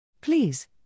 Please